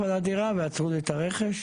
על הדירה ועצרו לי את הרכש,